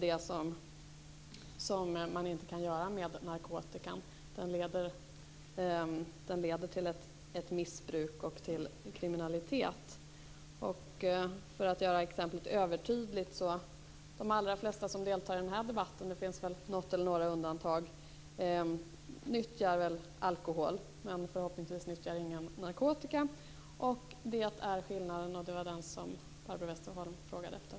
Det kan man inte göra med narkotikan. Den leder till ett missbruk och till kriminalitet. För att göra exemplet övertydligt kan jag säga att de allra flesta som deltar i denna debatt - det finns väl något eller några undantag - nyttjar alkohol. Förhoppningsvis nyttjar ingen narkotika. Det är skillnaden. Det var den som Barbro Westerholm frågade efter.